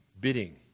bidding